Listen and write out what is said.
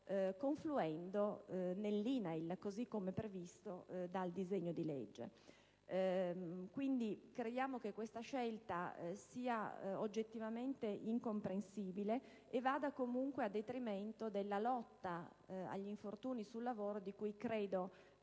funzioni, così come previsto dal disegno di legge. Crediamo, quindi, che questa scelta sia oggettivamente incomprensibile e vada comunque a detrimento della lotta agli infortuni sul lavoro che credo